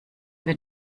wird